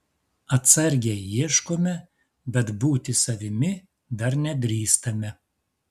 atsargiai ieškome bet būti savimi dar nedrįstame